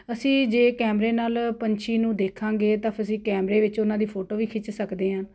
ਅਸੀਂ ਜੇ ਕੈਮਰੇ ਨਾਲ ਪੰਛੀ ਨੂੰ ਦੇਖਾਂਗੇ ਤਾਂ ਫਿਰ ਅਸੀਂ ਕੈਮਰੇ ਵਿੱਚ ਉਹਨਾਂ ਦੀ ਫੋਟੋ ਵੀ ਖਿੱਚ ਸਕਦੇ ਹਾਂ